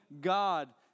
God